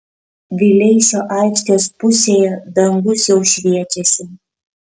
vileišio aikštės pusėje dangus jau šviečiasi